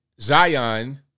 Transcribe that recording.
Zion